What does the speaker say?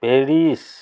Paris